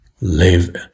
Live